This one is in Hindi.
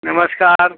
नमस्कार